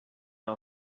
our